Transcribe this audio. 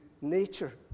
nature